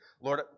Lord